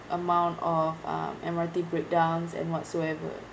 amount of uh M_R_T breakdowns and whatsoever